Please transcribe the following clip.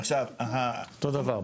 אותו דבר.